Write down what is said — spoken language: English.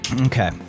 Okay